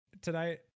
tonight